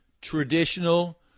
traditional